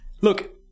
Look